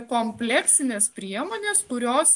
kompleksinės priemonės kurios